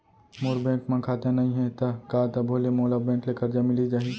मोर bank म खाता नई हे त का तभो ले मोला बैंक ले करजा मिलिस जाही?